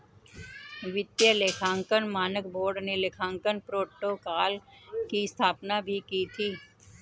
वित्तीय लेखांकन मानक बोर्ड ने लेखांकन प्रोटोकॉल की स्थापना भी की थी